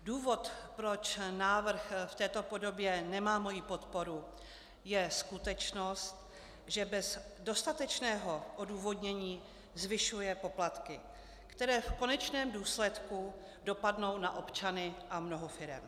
Důvod, proč návrh v této podobě nemá moji podporu, je skutečnost, že bez dostatečného odůvodnění zvyšuje poplatky, které v konečném důsledku dopadnou na občany a mnoho firem.